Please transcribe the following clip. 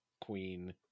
queen